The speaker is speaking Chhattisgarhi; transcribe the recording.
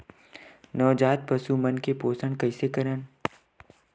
नवजात पशु मन के पोषण कइसे करन?